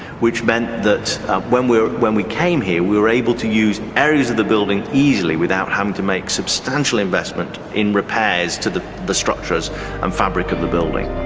which meant that when we when we came here, we were able to use areas of the building easily without having to make substantial investment in repairs to the the structures and fabric of the building.